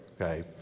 okay